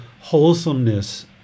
wholesomeness